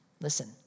Listen